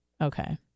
okay